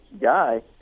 guy